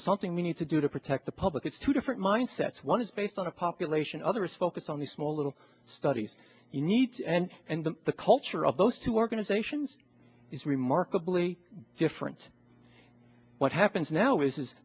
is something we need to do to protect the public it's two different mindsets one is based on a population others focus on the small little studies the needs and and the the culture of those two organisations is remarkably different what happens now is